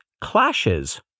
clashes